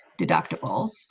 deductibles